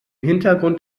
hintergrund